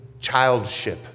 childship